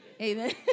Amen